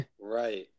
right